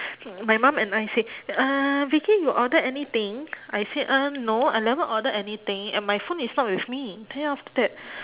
my mum and I said uh vicky you order anything I said uh no I never order anything and my phone is not with me then after that